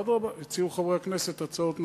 ואדרבה, יציעו חברי הכנסת הצעות נוספות.